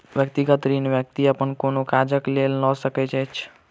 व्यक्तिगत ऋण व्यक्ति अपन कोनो काजक लेल लऽ सकैत अछि